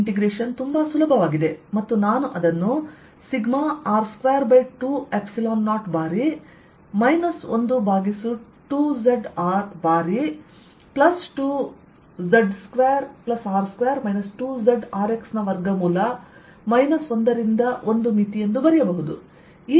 ಈ ಇಂಟೆಗ್ರೇಶನ್ ತುಂಬಾ ಸುಲಭವಾಗಿದೆ ಮತ್ತು ನಾನು ಇದನ್ನು R220ಬಾರಿ 1 2zR ಬಾರಿ 2 z2R2 2zRX ನ ವರ್ಗಮೂಲ 1 ರಿಂದ 1 ಎಂದು ಬರೆಯಬಹುದು